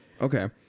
Okay